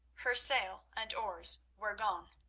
her sail and oars were gone.